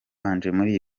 muri